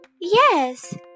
Yes